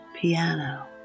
piano